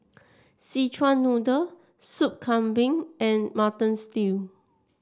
Szechuan Noodle Soup Kambing and Mutton Stew